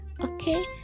okay